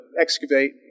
excavate